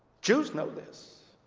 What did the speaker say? jews know this.